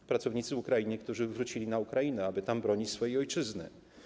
To pracownicy z Ukrainy, którzy wrócili na Ukrainę, aby tam bronić swojej ojczyzny.